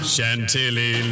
Chantilly